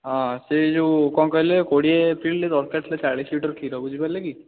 ହଁ ସେହି ଯେଉଁ କ'ଣ କହିଲେ କୋଡ଼ିଏ ଏପ୍ରିଲ୍ରେ ଦରକାର ଥିଲା ଚାଳିଶ ଲିଟର କ୍ଷୀର ବୁଝିପାରିଲେ କି